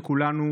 שכולנו